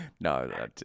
No